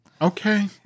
Okay